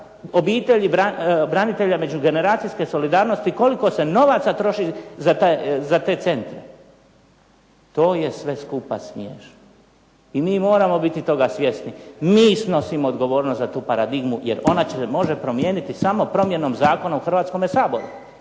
obitelji, branitelja i međugeneracijske solidarnosti, koliko se novaca troši za te centre. To je sve skupa smiješno. I mi moramo biti toga svjesni. Mi snosimo odgovornost za tu paradigmu, jer ona se može promijeniti samo promjenom zakona u Hrvatskome saboru.